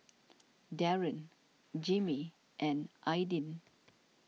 Daron Jimmie and Aidyn